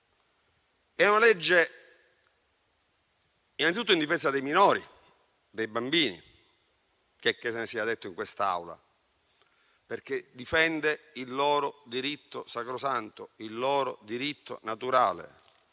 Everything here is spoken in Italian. È una legge, innanzitutto, in difesa dei minori, dei bambini - checché se ne sia detto in quest'Aula - perché difende il loro diritto sacrosanto, il loro diritto naturale,